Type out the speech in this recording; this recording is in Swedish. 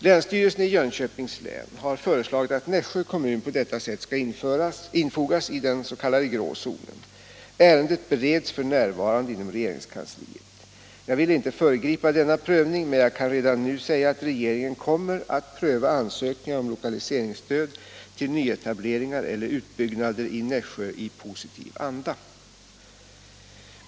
Länsstyrelsen i Jönköpings län har föreslagit att Nässjö kommun på detta sätt skall infogas i den s.k. grå zonen. Ärendet bereds f.n. inom regeringskansliet. Jag vill inte föregripa denna prövning, men jag kan redan nu säga att regeringen kommer att pröva ansökningar om lokaliseringsstöd till nyetableringar eller utbyggnader i Nässjö i positiv anda.